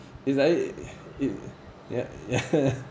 it's like it it ya ya